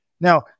now